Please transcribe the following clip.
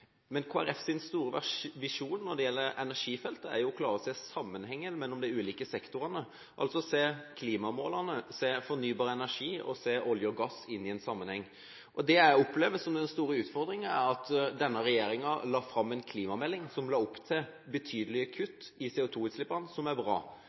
Men Kristelig Folkepartis store visjon når det gjelder energifeltet, er å klare å se sammenhengen mellom de ulike sektorene, altså å se klimamålene, fornybar energi og olje og gass inn i en sammenheng. Det jeg opplever som den store utfordringen, er at denne regjeringen la fram en klimamelding som la opp til betydelige